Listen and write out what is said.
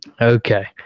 Okay